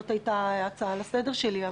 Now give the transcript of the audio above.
זאת הייתה ההצעה לסדר שלי.